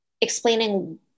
explaining